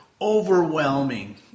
overwhelming